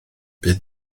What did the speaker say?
bydd